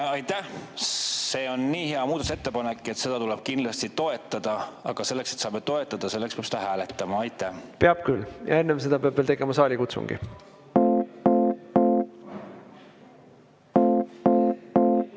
Aitäh! See on nii hea muudatusettepanek, et seda tuleb kindlasti toetada, aga selleks, et saaks toetada, peab seda hääletama. Peab küll ja enne seda peab veel tegema saalikutsungi.